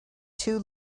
two